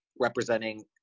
representing